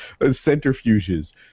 centrifuges